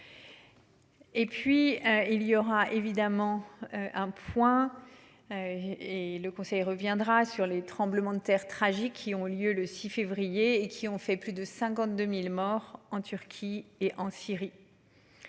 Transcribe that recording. Et puis il y aura évidemment un point. Et le Conseil reviendra sur les tremblements de terre tragiques qui ont lieu le 6 février et qui ont fait plus de 52.000 morts en Turquie et en Syrie.